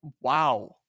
wow